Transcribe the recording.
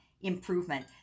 improvement